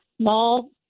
small